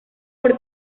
por